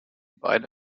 beide